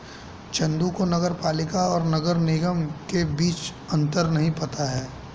चंदू को नगर पालिका और नगर निगम के बीच अंतर नहीं पता है